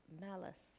malice